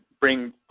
bring